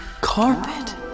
carpet